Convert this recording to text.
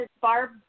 Barb